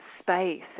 space